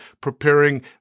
preparing